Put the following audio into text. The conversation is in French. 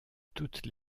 toutes